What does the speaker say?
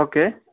okay